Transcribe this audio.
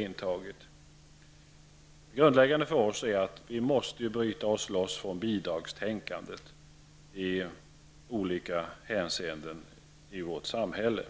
Det grundläggande för oss är att vi måste bryta oss loss från bidragstänkandet i olika hänseenden i vårt samhälle.